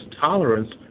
tolerance